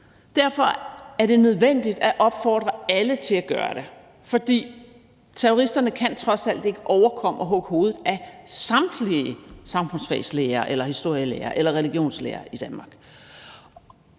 Derfor er det nødvendigt at opfordre alle til at gøre det. For terroristerne kan trods alt ikke overkomme at hugge hovedet af samtlige samfundsfagslærere, historielærere eller religionslærere i Danmark.